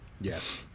Yes